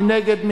מי נגד?